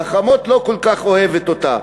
והחמות לא כל כך אוהבת אותה,